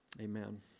Amen